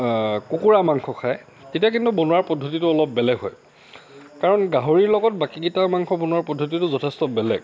কুকুৰা মাংস খায় তেতিয়া কিন্তু বনোৱাৰ পদ্ধতিটো অলপ বেলেগ হয় কাৰণ গাহৰিৰ লগত বাকীকেইটাৰ মাংস বনোৱাৰ পদ্ধতিটো যথেষ্ট বেলেগ